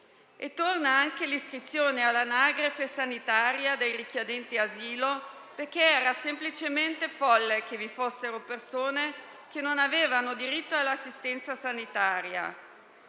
Torna anche l'iscrizione all'anagrafe sanitaria dei richiedenti asilo, perché era semplicemente folle che vi fossero persone che non avevano diritto all'assistenza sanitaria.